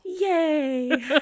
Yay